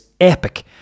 epic